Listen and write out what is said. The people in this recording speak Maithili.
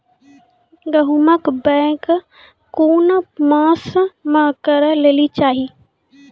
गेहूँमक बौग कून मांस मअ करै लेली चाही?